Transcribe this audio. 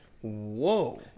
Whoa